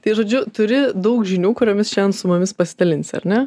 tai žodžiu turi daug žinių kuriomis šiandien su mumis pasidalinsi ar ne